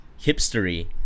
hipstery